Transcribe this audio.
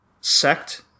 sect